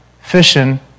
fishing